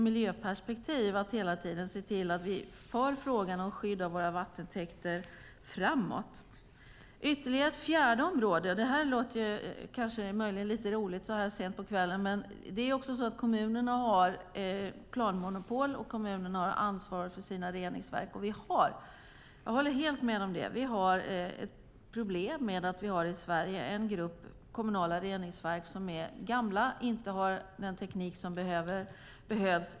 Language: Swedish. Vi försöker se till att vi för frågan om skydd av våra vattentäkter framåt. Kommunerna har planmonopol och ansvarar för sina reningsverk. Ett problem är att det finns en grupp kommunala reningsverk som är gamla och inte har den teknik som behövs.